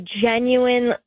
genuine